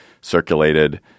circulated